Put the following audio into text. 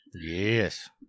yes